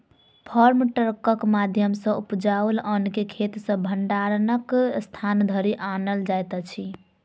farm ट्रकक माध्यम सॅ उपजाओल अन्न के खेत सॅ भंडारणक स्थान धरि आनल जाइत अछि